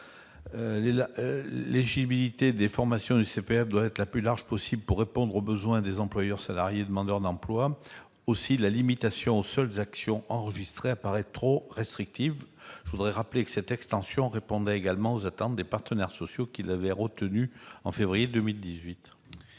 L'éligibilité des formations au CPF doit être la plus large possible pour répondre aux besoins des employeurs, des salariés et des demandeurs d'emploi. Aussi, la limitation aux seules actions enregistrées apparaît trop restrictive. Cette extension répondrait également aux attentes des partenaires sociaux qui l'avaient retenue en février 2018.